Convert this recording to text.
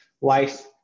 life